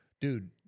dude